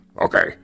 Okay